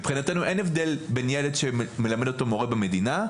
מבחינתנו אין הבדל בין ילד שמלמד אותו מורה שהוא עובד מדינה,